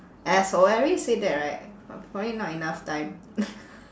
asshole I already said that right but probably not enough time